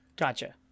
gotcha